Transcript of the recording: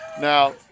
Now